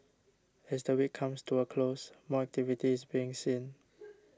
as the week comes to a close more activity is being seen